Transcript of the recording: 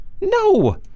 No